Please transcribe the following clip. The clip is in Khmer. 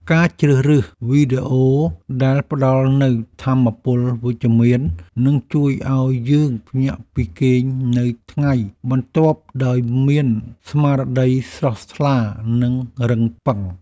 ការជ្រើសរើសវីដេអូដែលផ្ដល់នូវថាមពលវិជ្ជមាននឹងជួយឱ្យយើងភ្ញាក់ពីគេងនៅថ្ងៃបន្ទាប់ដោយមានស្មារតីស្រស់ថ្លានិងរឹងប៉ឹង។